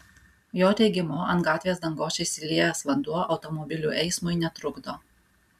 jo teigimu ant gatvės dangos išsiliejęs vanduo automobilių eismui netrukdo